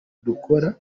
dukora